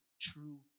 true